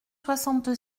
soixante